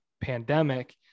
pandemic